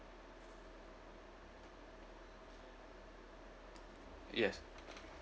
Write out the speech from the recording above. yes